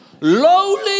lowly